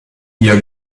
ihr